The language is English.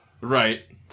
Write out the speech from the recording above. Right